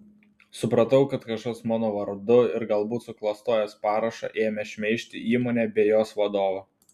supratau kad kažkas mano vardu ir galbūt suklastojęs parašą ėmė šmeižti įmonę bei jos vadovą